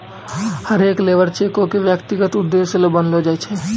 हरेक लेबर चेको क व्यक्तिगत उद्देश्य ल बनैलो जाय छै